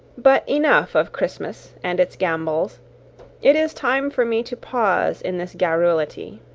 but enough of christmas and its gambols it is time for me to pause in this garrulity.